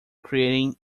creating